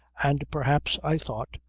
and perhaps, i thought,